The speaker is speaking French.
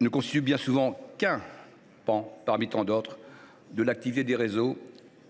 ne constituent bien souvent qu’un pan parmi d’autres de l’activité des réseaux